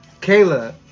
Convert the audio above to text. Kayla